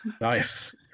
Nice